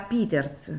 Peters